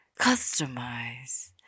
customize